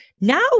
now